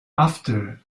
after